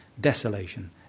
desolation